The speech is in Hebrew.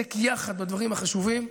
ולהתעסק יחד בדברים החשובים.